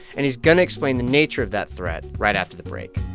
and he's going to explain the nature of that threat right after the break